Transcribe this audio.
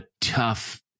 tough